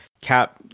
cap